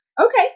Okay